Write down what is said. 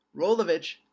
Rolovich